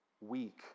weak